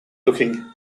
looking